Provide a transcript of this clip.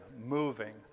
moving